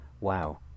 wow